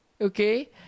okay